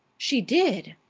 she did!